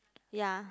yea